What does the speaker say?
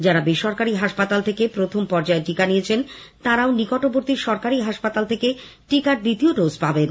যারা বেসরকারি হাসপাতাল থেকে প্রথম পর্যায়ে টিকা নিয়েছেন তারাও নিকটবর্তী সরকারি হাসপাতাল থেকে টিকার দ্বিতীয় ডোজ পাবেন